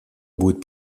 будет